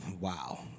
wow